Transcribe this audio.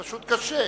זה פשוט קשה.